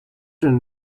and